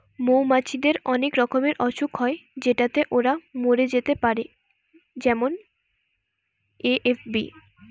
মৌমাছিদের অনেক রকমের অসুখ হয় যেটাতে ওরা মরে যেতে পারে যেমন এ.এফ.বি